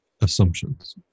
assumptions